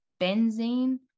benzene